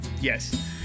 yes